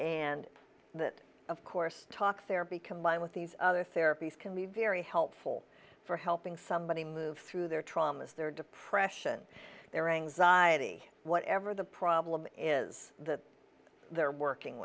and that of course talk therapy combined with these other therapies can be very helpful for helping somebody move through their traumas their depression their anxiety whatever the problem is that they're working